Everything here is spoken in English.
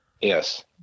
yes